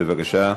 בבקשה.